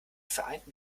vereinten